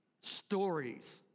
stories